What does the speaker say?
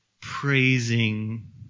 praising